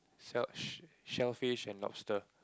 sell shellfish and lobster